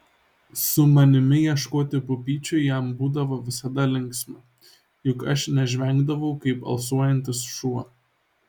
su manimi ieškoti pupyčių jam būdavo visada linksma juk aš nežvengdavau kaip alsuojantis šuo